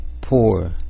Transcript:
poor